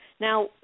Now